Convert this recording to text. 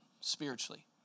spiritually